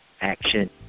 action